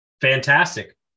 fantastic